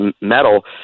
metal